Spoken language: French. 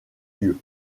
lieux